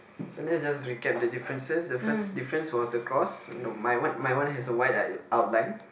so let's just recap the differences the first difference was the cross no my one my one has a white white outline